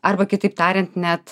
arba kitaip tariant net